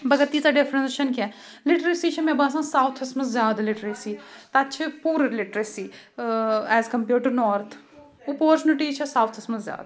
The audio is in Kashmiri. مگر تیٖژاہ ڈِفرَنٕٛس چھَنہٕ کینٛہہ لِٹریسی چھےٚ مےٚ باسان ساوُتھَس منٛز زیادٕ لِٹریسِی تَتہِ چھِ poor literacy as compared to north opportunities چھےٚ ساوُتھَس منٛز زیادٕ